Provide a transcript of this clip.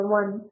one